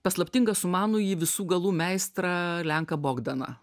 paslaptingą sumanųjį visų galų meistrą lenką bogdaną